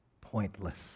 pointless